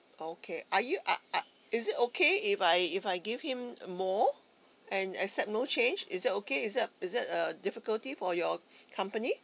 okay are you are are is it okay if I if I give him more and accept no change is that okay is that is that a difficulty for your company